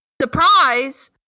surprise